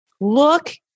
look